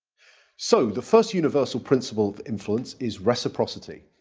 so the first universal principle of influence is reciprocity.